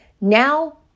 Now